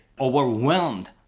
overwhelmed